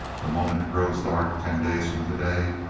the moment it grows dark ten days from today,